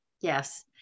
Yes